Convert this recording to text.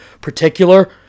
particular